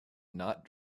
not